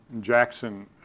Jackson